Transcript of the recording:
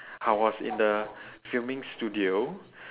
I was in the filming studio